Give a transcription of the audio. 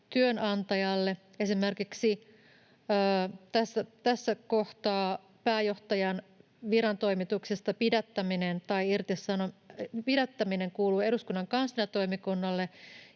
työnantajalle. Esimerkiksi tässä kohtaa pääjohtajan virantoimituksesta pidättäminen kuuluu eduskunnan kansliatoimikunnalle,